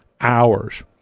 hours